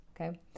okay